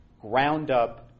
ground-up